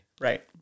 Right